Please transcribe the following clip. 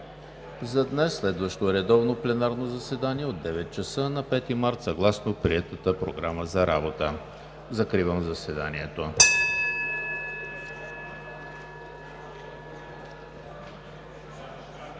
за днес. Следващо редовно пленарно заседание от 9,00 ч. на 5 март 2020 г. съгласно приетата Програма за работа. Закривам заседанието.